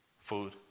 food